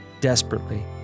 Desperately